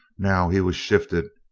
now he was shifted,